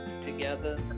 together